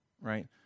right